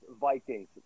Vikings